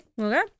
okay